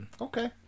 Okay